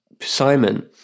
Simon